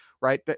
right